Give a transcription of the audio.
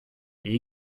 est